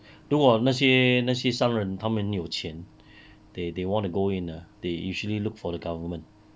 如果那些那些商人他们有钱 they they wanna go in ah they usually look for the government